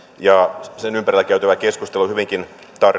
ja sen ympärillä käytyä keskustelua hyvinkin